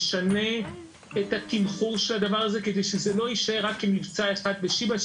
ישנה את התמחור של הדבר הזה כדי שזה לא יישאר רק כמבצע אחד בשיבא.